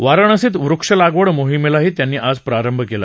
वाराणसीत वृक्ष लागवड मोहिमेलाही त्यांनी आज प्रारंभ केला